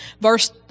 Verse